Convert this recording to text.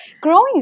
growing